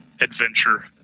adventure